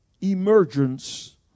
emergence